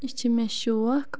اِ چھِ مےٚ شوق